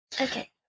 Okay